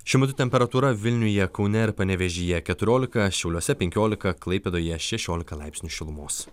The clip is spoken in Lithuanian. šiuo metu temperatūra vilniuje kaune ir panevėžyje keturiolika šiauliuose penkiolika klaipėdoje šešiolika laipsnių šilumos